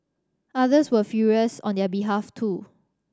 others were furious on their behalf too